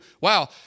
Wow